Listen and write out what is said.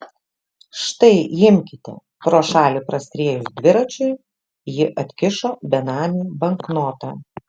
štai imkite pro šalį praskriejus dviračiui ji atkišo benamiui banknotą